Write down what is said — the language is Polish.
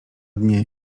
dnie